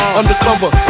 undercover